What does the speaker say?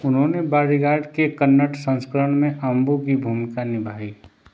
उन्होंने बॉडीगार्ड के कन्नड़ संस्करण में अम्बू की भूमिका निभाई